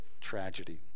tragedy